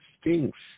stinks